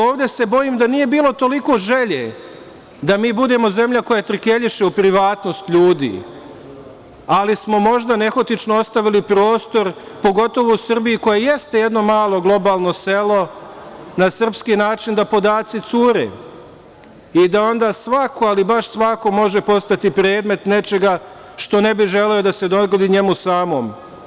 Ovde, bojim se, da nije bilo toliko želje da mi budemo zemlja koja trkeljiše u privatnost ljudi, ali smo možda nehotično ostavili prostor, pogotovo u Srbiji koja jeste jedno malo globalno selo, na srpski način, da podaci cure i da onda svako, ali baš svako, može postati predmet nečega što ne bi želeo da se dogodi njemu samom.